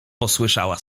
posłyszała